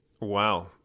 Wow